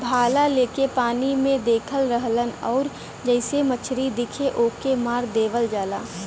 भाला लेके पानी में देखत रहलन आउर जइसे मछरी दिखे ओके मार देवल जाला